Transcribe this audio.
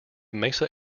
mesa